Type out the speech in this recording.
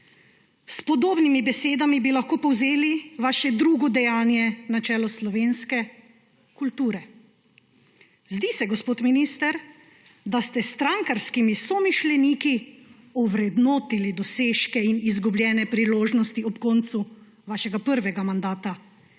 S podobnimi besedami bi lahko povzeli vaše drugo dejanje na čelu slovenske kulture. Zdi se, gospod minister, da ste s strankarskimi somišljeniki ovrednotili dosežke in izgubljene priložnosti ob koncu vaše prvega mandata